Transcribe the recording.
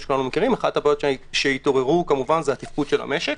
אחת הבעיות שהתעוררו כמובן זה התפקוד של המשק.